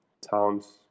towns